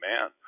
man